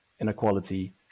inequality